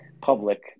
public